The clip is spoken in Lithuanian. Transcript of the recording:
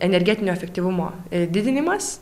energetinio efektyvumo didinimas